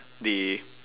they